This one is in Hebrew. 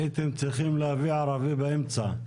הייתם צריכים להביא ערבי באמצע.